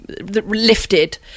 lifted